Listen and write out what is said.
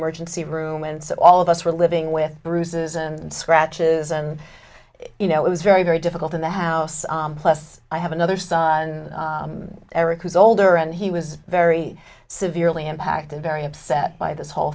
emergency room and so all of us were living with bruises and scratches and you know it was very very difficult in the house plus i have another side eric who's older and he was very severely impacted very upset by this whole